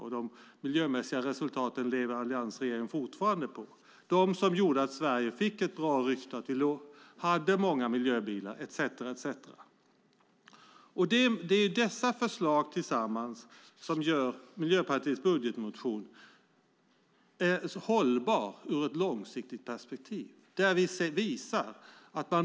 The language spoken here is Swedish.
Dessa miljöresultat, många miljöbilar etcetera, gjorde att Sverige fick det goda miljörykte som alliansregeringen fortfarande lever på. Våra samlade förslag gör Miljöpartiets budget hållbar i ett långsiktigt perspektiv.